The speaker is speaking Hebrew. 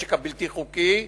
הנשק הבלתי-חוקי,